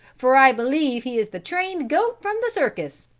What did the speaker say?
for i believe he is the trained goat from the circus.